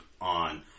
on